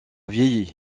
vieilli